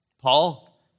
Paul